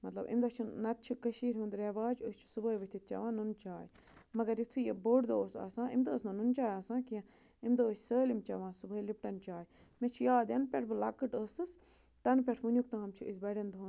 مَطلب اَمہِ دۄہ چھُ نَتہٕ چھِ کٔشیٖرِ ہُنٛد رٮ۪واج أسۍ صُبحٲے ؤتھِتھ چٮ۪وان نُن چاے مگر یُتھُے یہِ بوٚڈ دۄہ اوس آسان اَمہِ دۄہ ٲس نہٕ نُن چاے آسان کیٚنٛہہ اَمہِ دۄہ ٲسۍ سٲلِم چٮ۪وان صُبحٲے لِپٹَن چاے مےٚ چھِ یاد یَنہٕ پٮ۪ٹھ بہٕ لۄکٕٹ ٲسٕس تَنہٕ پٮ۪ٹھ وٕنیُک تام چھِ أسۍ بڑٮ۪ن دۄہَن